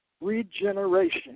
regeneration